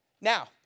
Now